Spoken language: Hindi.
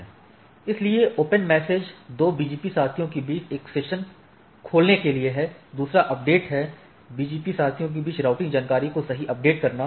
इसलिए open मेसेज दो BGP साथियों के बीच एक सेशन खोलने के लिए है दूसरा अपडेट है BGP साथियों के बीच राउटिंग जानकारी को सही अपडेट करना